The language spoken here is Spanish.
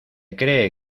cree